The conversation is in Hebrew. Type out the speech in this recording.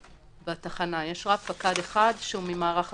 סגן ראש השלוחה וראש השלוחה מקבלים שניהם לסירוגין